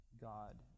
God